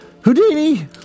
Houdini